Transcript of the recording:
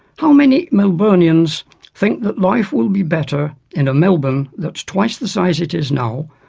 how many melbournians think that life will be better in a melbourne that's twice the size it is now,